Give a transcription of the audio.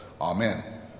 amen